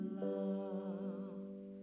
love